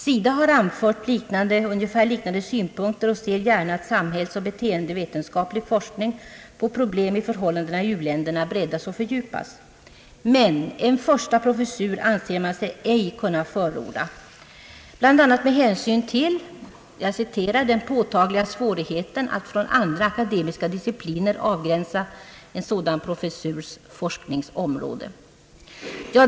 SIDA har anfört ungefär liknande synpunkter och ser gärna att samhällsoch beteendevetenskaplig forskning när det gäller problemen i u-länderna breddas och fördjupas. Men en första professur anser man sig ej kunna förorda bl.a. med hänsyn till »den påtagliga svårigheten att från andra akademiska discipliner avgränsa en sådan professurs forskningsområde».